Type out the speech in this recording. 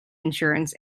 insurance